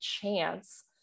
chance